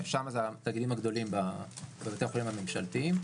שם זה התאגידים הגדולים בבתי החולים הממשלתיים.